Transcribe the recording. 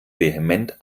vehement